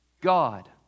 God